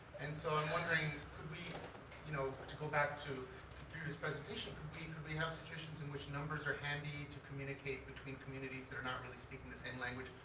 and so i'm wondering, could we you know but to go back to the previous presentation, could we could we have situations in which numbers are handy to communicate between communities that are not really speaking the same language,